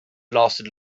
lasted